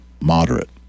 moderate